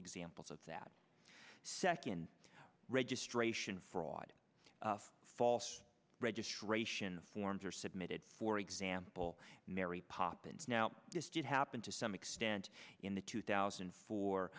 examples of that second registration fraud false registration forms are submitted for example mary poppins now this did happen to some extent in the two thousand